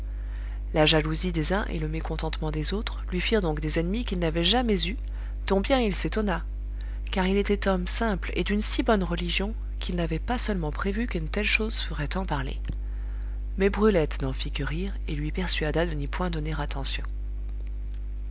la jalousie des uns et le mécontentement des autres lui firent donc des ennemis qu'il n'avait jamais eus dont bien il s'étonna car il était homme simple et d'une si bonne religion qu'il n'avait pas seulement prévu qu'une telle chose ferait tant parler mais brulette n'en fit que rire et lui persuada de n'y point donner attention